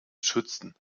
schützen